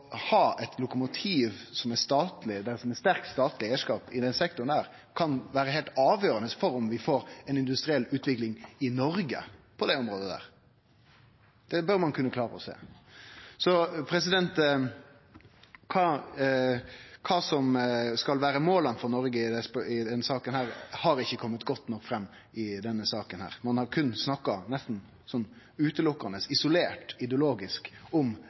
ha eit lokomotiv som er statleg, med eit sterkt statleg eigarskap, i denne sektoren, kan vere heilt avgjerande for om vi får ei industriell utvikling i Noreg på dette området. Det bør ein kunne klare å sjå. Kva som skal vere måla for Noreg i denne saka, har ikkje kome godt nok fram i denne debatten. Ein har nesten utelukkande snakka isolert ideologisk om